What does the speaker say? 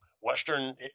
Western